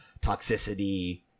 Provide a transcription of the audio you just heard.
toxicity